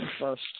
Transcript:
first